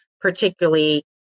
particularly